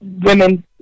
women